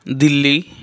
Delhi